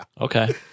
Okay